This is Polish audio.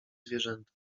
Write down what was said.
zwierzęta